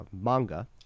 manga